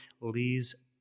Lee's